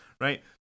Right